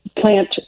plant